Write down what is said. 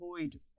avoid